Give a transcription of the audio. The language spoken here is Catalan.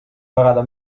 vegada